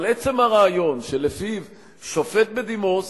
אבל עצם הרעיון שלפיו שופט בדימוס